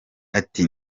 ati